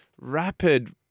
rapid